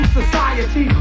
society